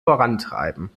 vorantreiben